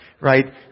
Right